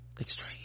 Extreme